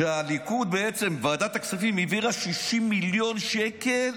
שוועדת הכספים העבירה 60 מיליון שקל